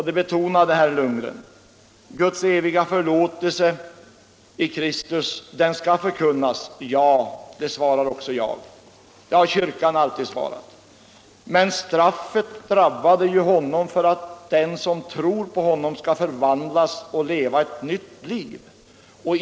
Det betonade herr Lundgren. Guds eviga förlåtelse i Kristus skall förkunnas, det tycker även jag och det har kyrkan alltid gjort. Men straffet drabbade ju Honom för att den som tror på Honom skall förvandlas och leva ett nytt liv.